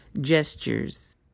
gestures